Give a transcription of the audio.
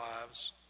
lives